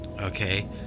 okay